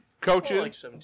Coaches